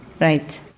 right